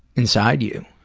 inside you.